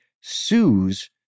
sues